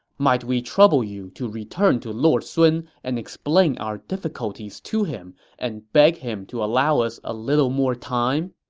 might we trouble you to return to lord sun and explain our difficulties to him and beg him to allow us a little more time?